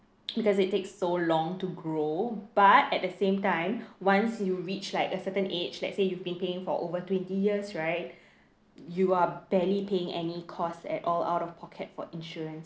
because it takes so long to grow but at the same time once you reach like a certain age let's say you've been paying for over twenty years right you are barely paying any cost at all out of pocket for insurance